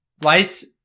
Lights